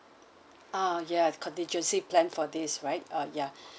ah ya contingency plan for this right uh ya